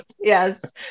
Yes